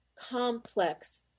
complex